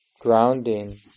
grounding